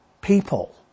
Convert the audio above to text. people